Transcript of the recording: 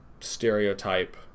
Stereotype